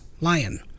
lion